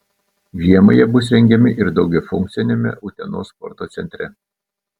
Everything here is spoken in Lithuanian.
žiemą jie bus rengiami ir daugiafunkciame utenos sporto centre